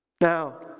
Now